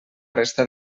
resta